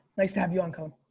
nice to have you on colin.